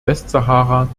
westsahara